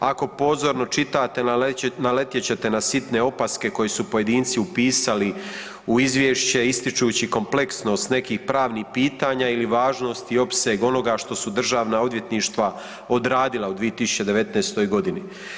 Ako pozorno čitate naletjet ćete na sitne opaske koje su pojedinci upisali u izvješće ističući kompleksnost nekih pravnih pitanja ili važnost i opseg onoga što su državna odvjetništva odradila u 2019. godini.